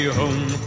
home